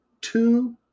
two